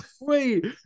wait